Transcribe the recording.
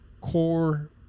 core